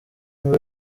ngo